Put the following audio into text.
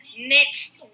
next